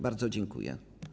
Bardzo dziękuję.